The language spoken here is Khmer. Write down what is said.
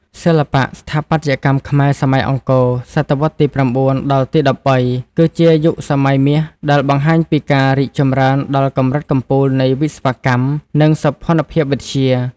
សិល្បៈស្ថាបត្យកម្មខ្មែរសម័យអង្គរ (សតវត្សរ៍ទី៩ ដល់ ទី១៣) គឺជាយុគសម័យមាសដែលបង្ហាញពីការរីកចម្រើនដល់កម្រិតកំពូលនៃវិស្វកម្ម និងសោភ័ណភាពវិទ្យា។